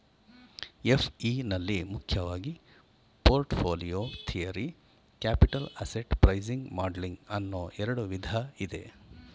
FE ನಲ್ಲಿ ಮುಖ್ಯವಾಗಿ portfolio theory, capital asset pricing modelling ಅನ್ನೋ ಎರಡು ವಿಧ ಇದೆ